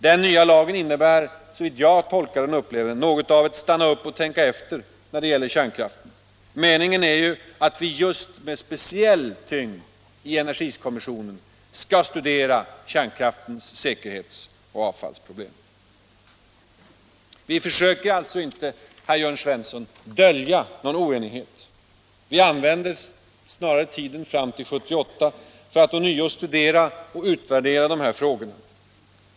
Den nya lagen innebär, som jag tolkar den, något av ett stanna upp och tänka efter när det gäller kärnkraften. Meningen är ju att vi med speciell tyngd i energikommissionen skall studera kärnkraftens säkerhetsoch avfallsproblem. Vi försöker alltså inte dölja någon oenighet, herr Jörn Svensson. Vi använder snarare tiden fram till 1978 för att ånyo studera och utvärdera dessa frågor.